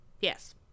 Yes